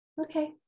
okay